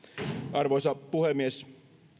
arvoisa puhemies